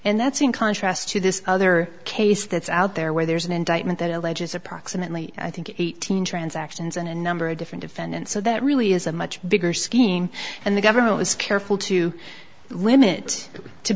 and that's in contrast to this other case that's out there where there's an indictment that alleges approximately i think eighteen transactions in a number of different defendants so that really is a much bigger scheme and the government was careful to limit